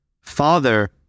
father